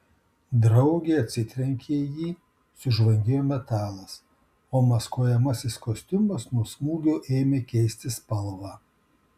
draugė atsitrenkė į jį sužvangėjo metalas o maskuojamasis kostiumas nuo smūgio ėmė keisti spalvą